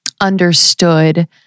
understood